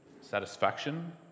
satisfaction